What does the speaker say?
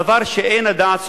דבר שאין הדעת סובלת,